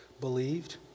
believed